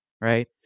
right